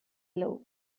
low